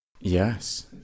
yes